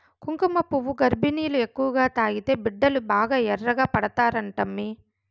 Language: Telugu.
కుంకుమపువ్వు గర్భిణీలు ఎక్కువగా తాగితే బిడ్డలు బాగా ఎర్రగా పడతారంటమ్మీ